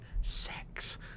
sex